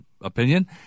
opinion